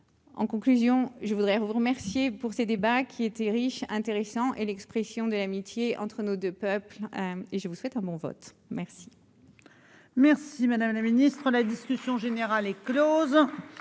en conclusion, je voudrais vous remercier pour ces débats qui était riche intéressant et l'expression de l'amitié entre nos 2 peuples, et je vous souhaite un bon vote merci.